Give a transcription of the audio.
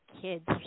kids